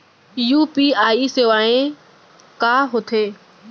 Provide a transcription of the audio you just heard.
UPI सेवाएं का होथे